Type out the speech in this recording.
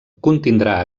contindrà